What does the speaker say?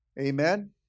Amen